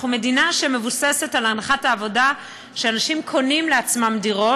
אנחנו מדינה שמבוססת על הנחת העבודה שאנשים קונים לעצמם דירות.